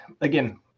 again